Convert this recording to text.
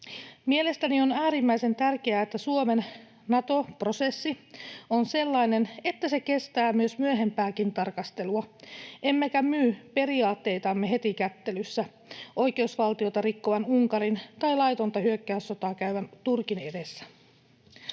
Mielestäni on äärimmäisen tärkeää, että Suomen Nato-prosessi on sellainen, että se kestää myöhempääkin tarkastelua emmekä myy periaatteitamme heti kättelyssä oikeusvaltiota rikkovan Unkarin tai laitonta hyökkäyssotaa käyvän Turkin edessä.